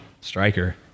striker